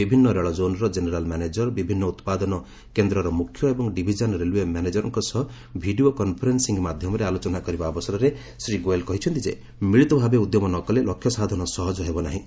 ବିଭିନ୍ନ ରେଳ ଜୋନ୍ର ଜେନେରାଲ୍ ମ୍ୟାନେଜର୍ ବିଭିନ୍ନ ଉତ୍ପାଦନ କେନ୍ଦ୍ରର ମୁଖ୍ୟ ଏବଂ ଡିଭିଜନାଲ୍ ରେଲୱେ ମ୍ୟାନେଜରଙ୍କ ସହ ଭିଡ଼ିଓ କନ୍ଫରେନ୍ସିଂ ମାଧ୍ୟମରେ ଆଲୋଚନା କରିବା ଅବସରରେ ଶ୍ରୀ ଗୋୟଲ୍ କହିଛନ୍ତି ଯେ ମିଳିତ ଭାବେ ଉଦ୍ୟମ ନ କଲେ ଲକ୍ଷ୍ୟ ସାଧନ ସହଜ ହେବ ନାହିଁ